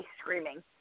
screaming